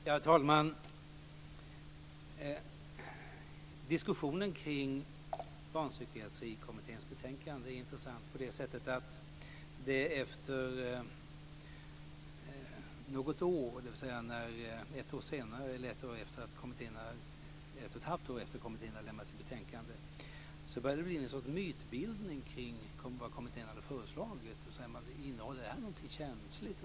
Herr talman! Diskussionen kring Barnpsykiatrikommitténs betänkande är intressant på det sättet att det ett och ett halvt år efter det att kommittén hade lämnat sitt betänkande började bli någon sorts mytbildning kring vad kommittén hade föreslagit. Man sade: Innehåller det här någonting känsligt?